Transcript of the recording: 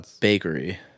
bakery